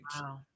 Wow